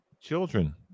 children